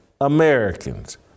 Americans